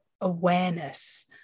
awareness